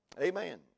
Amen